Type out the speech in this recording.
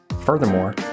Furthermore